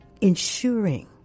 ensuring